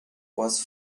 was